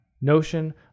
notion